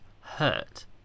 hurt